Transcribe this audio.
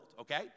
okay